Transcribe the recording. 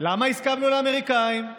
למה הסכמנו לאמריקאים?